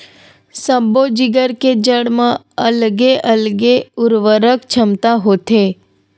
सब्बो जिगर के जड़ म अलगे अलगे उरवरक छमता होथे